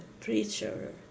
preacher